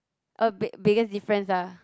oh big biggest difference ah